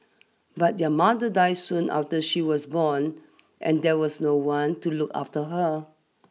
but their mother die soon after she was born and there was no one to look after her